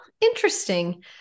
interesting